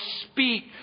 speak